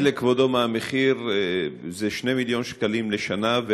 אני אגיד לכבודו מה המחיר: זה 2 מיליון שקלים לשנה,